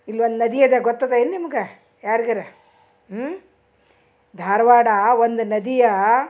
ಇಲ್ಲೊಂದು ನದಿ ಅದ ಗೊತ್ತದ ಏನು ನಿಮ್ಗೆ ಯಾರ್ಗರ ಧಾರವಾಡ ಒಂದು ನದಿಯ